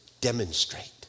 demonstrate